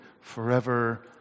forever